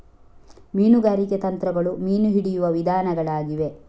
ಮೀನುಗಾರಿಕೆ ತಂತ್ರಗಳು ಮೀನು ಹಿಡಿಯುವ ವಿಧಾನಗಳಾಗಿವೆ